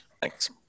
Thanks